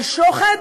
על שוחד,